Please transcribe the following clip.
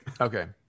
okay